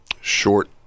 short